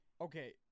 Okay